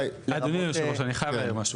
אדוני יושב הראש אני חייב להעיר משהו.